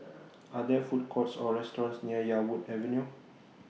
Are There Food Courts Or restaurants near Yarwood Avenue